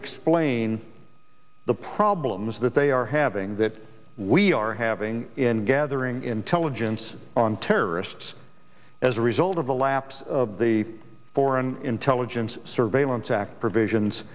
explain the problems that they are having that we are having in gathering intelligence on terrorists as a result of the lapse of the foreign intelligence surveillance act provisions